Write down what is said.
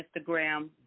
Instagram